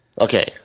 Okay